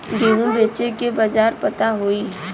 गेहूँ बेचे के बाजार पता होई?